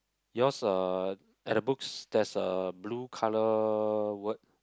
yours uh at the books there's a blue colour word